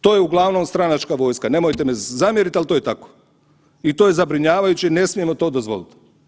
To je uglavnom stranačka vojska, nemojte mi se zamjerit, al to je tako i to je zabrinjavajuće i ne smijemo to dozvolit.